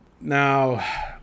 Now